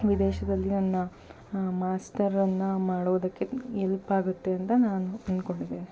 ವಿದೇಶದಲ್ಲಿ ನನ್ನ ಮಾಸ್ಟರನ್ನು ಮಾಡೋದಕ್ಕೆ ಎಲ್ಪ್ ಆಗುತ್ತೆ ಅಂತ ನಾನು ಅಂದ್ಕೊಂಡಿದ್ದೀನಿ